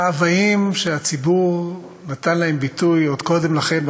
מאוויים שהציבור נתן להם ביטוי עוד קודם לכן,